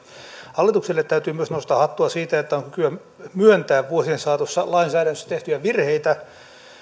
hallitukselle täytyy myös nostaa hattua siitä että se on kyennyt myöntämään vuosien saatossa lainsäädännössä tehtyjä virheitä